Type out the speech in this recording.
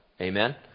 Amen